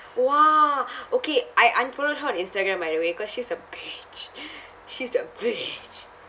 !wah! okay I unfollowed her on Instagram by the away cause she's a bitch she's a bitch